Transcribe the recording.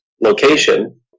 location